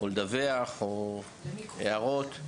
משהו לדווח עליו או איזה שאין הערות?